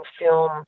film